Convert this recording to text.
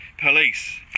police